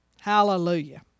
Hallelujah